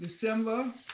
December